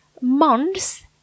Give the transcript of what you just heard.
months